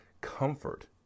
comfort